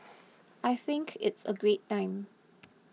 I think it's a great time